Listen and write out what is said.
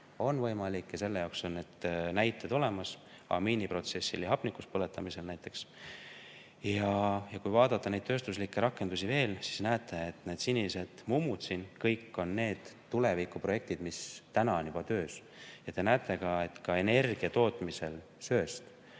on võimalik. Ja selle jaoks on need näited olemas, amiiniprotsessil ja hapnikus põletamisel näiteks. Ja kui vaadata neid tööstuslikke rakendusi veel, siis nagu näete, need sinised mummud siin kõik on tulevikuprojektid, mis täna on juba töös, ja te näete ka, et ka energiatootmisel söest